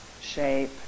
shape